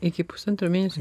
iki pusantro mėnesio